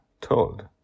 told